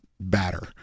batter